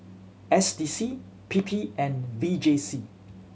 S D C P P and V J C